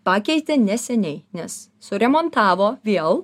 pakeitė neseniai nes suremontavo vėl